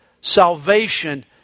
Salvation